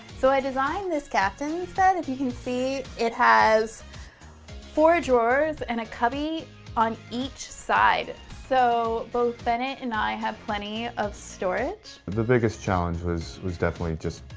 so, i designed this captain's bed, as you can see, it has four drawers and a cubby on each side, so both bennett and i have plenty of storage. the biggest challenge was was definitely just